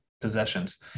possessions